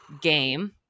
game